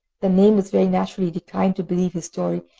the neighbours, very naturally, declined to believe his story,